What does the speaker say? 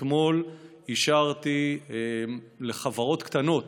אתמול אישרתי לחברות קטנות